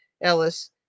Ellis